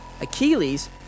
Achilles